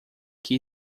que